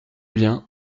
bien